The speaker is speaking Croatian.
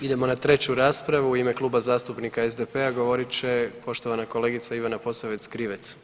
Idemo na treću raspravu u ime Kluba zastupnika SDP-a govorit će poštovana kolegica Ivana Posavec Krivec.